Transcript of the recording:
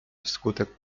wskutek